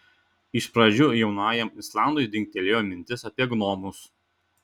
iš pradžių jaunajam islandui dingtelėjo mintis apie gnomus